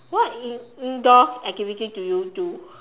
what in~ indoors activities do you do